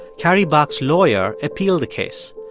carrie buck's lawyer appealed the case.